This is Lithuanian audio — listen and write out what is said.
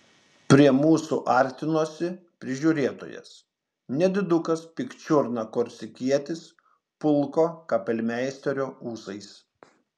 prie mūsų artinosi prižiūrėtojas nedidukas pikčiurna korsikietis pulko kapelmeisterio ūsais